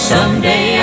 Someday